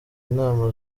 inama